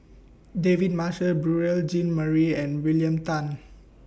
David Marshall Beurel Jean Marie and William Tan